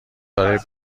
برای